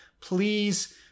Please